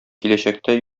киләчәктә